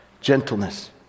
gentleness